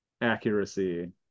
accuracy